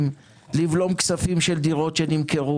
בכביש שאמור להיות שם צריך להיות תיאום מינימלי.